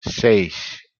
seis